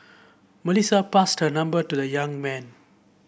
Melissa passed her number to the young man